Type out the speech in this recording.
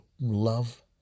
love